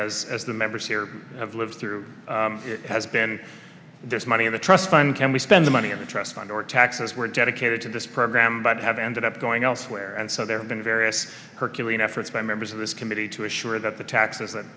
as as the members here have lived through has been there's money in the trust fund can we spend the money in the trust fund or taxes were dedicated to this program but have ended up going elsewhere and so there have been various herculean efforts by members of this committee to assure that the taxes